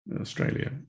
Australia